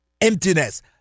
emptiness